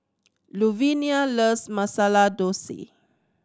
Luvinia loves Masala Dosa